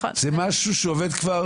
זה משהו שעובד כבר